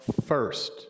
first